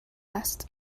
است